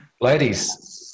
Ladies